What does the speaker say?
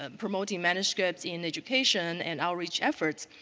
ah promoting manuscripts in education and outreach efforts?